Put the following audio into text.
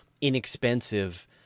inexpensive